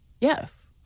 yes